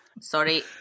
Sorry